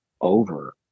over